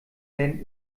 werden